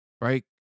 right